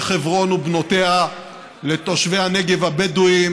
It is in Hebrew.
חברון ובנותיה לתושבי הנגב הבדואים,